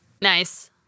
Nice